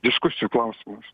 diskusijų klausimas